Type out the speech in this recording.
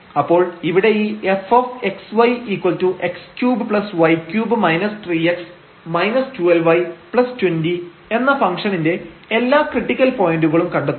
അപ്പോൾ ഇവിടെ ഈ fxy x3y3 3x 12y20 എന്ന ഫംഗ്ഷണിന്റെ എല്ലാ ക്രിട്ടിക്കൽ പോയന്റുകളും കണ്ടെത്തും